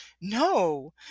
no